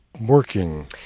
working